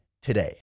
today